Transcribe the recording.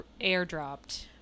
airdropped